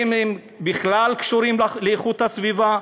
האם הם בכלל קשורים לאיכות הסביבה?